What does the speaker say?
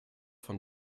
von